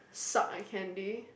suck I candy